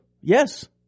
Yes